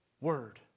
word